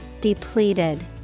Depleted